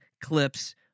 clips